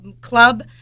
club